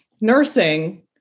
Nursing